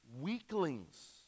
weaklings